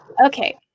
Okay